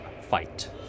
fight